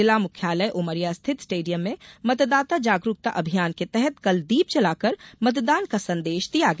जिला मुख्यालय उमरिया स्थित स्टेडियम में मतदाता जागरूकता अभियान के तहत कल दीप जलाकर मतदान का संदेश दिया गया